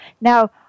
Now